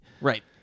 right